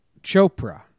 Chopra